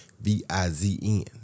V-I-Z-N